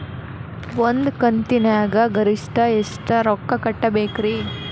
ಒಂದ್ ಕಂತಿನ್ಯಾಗ ಗರಿಷ್ಠ ಎಷ್ಟ ರೊಕ್ಕ ಕಟ್ಟಬೇಕ್ರಿ?